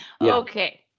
Okay